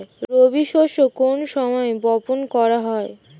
রবি শস্য কোন সময় বপন করা হয়?